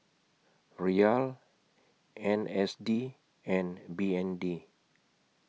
Riyal N S D and B N D